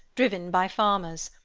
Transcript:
driven by farmers.